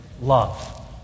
love